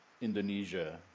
Indonesia